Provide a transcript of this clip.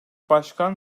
başkan